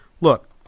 Look